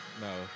No